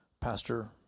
Pastor